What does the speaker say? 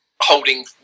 holding